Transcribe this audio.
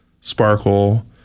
sparkle